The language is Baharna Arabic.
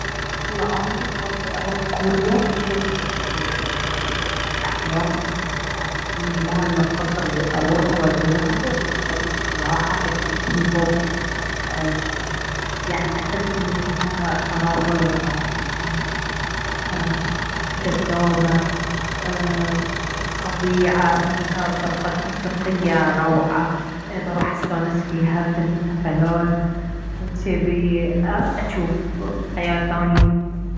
والله انا خاطري اروح كوريا كوريا يعني هاي بلد احلامي من زمان خاطري اروح وأزورها وحق السياحة وحق الكيبوب ايه يعني احس ان فيها مناظر ايه جذابة ايه طبيعة فيها فرقات موسيقية روعة بروح استانس فيها في الحفلات وجذي ااه اشوف حياه ثانية